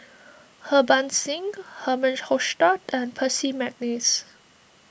Harbans Singh Herman Hochstadt and Percy McNeice